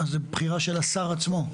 אז זו בחירה של השר עצמו?